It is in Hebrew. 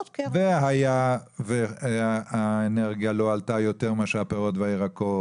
והיה והאנרגיה לא עלתה יותר מאשר הפירות והירקות,